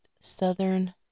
southern